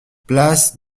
place